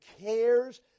cares